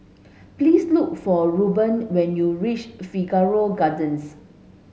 please look for Ruben when you reach Figaro Gardens